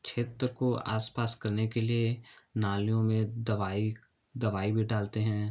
क्षेत्र को आस पास करने के लिए नालियाें में दवाई दवाई भी डालते हैं